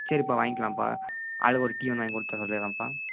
சரிப்பா வாங்கிகலாம்ப்பா ஆளுக்கு ஒரு டீ ஒன்று வாங்கி கொடுக்க சொல்லிடுறேன்ப்பா